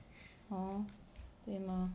hor 对吗